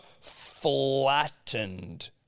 flattened